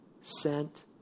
sent